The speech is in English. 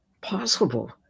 possible